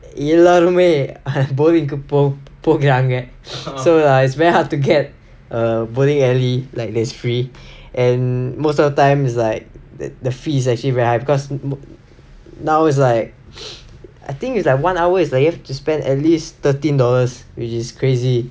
எல்லாருமே:ellaarumae bowling போ போகிறாங்க:po pogiraanga so it's very hard to get a bowling alley like that's free and most of the times like the fee is actually very high cause now is like I think it's like one hour is like you need spend at least thirteen dollars which is crazy